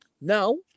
Now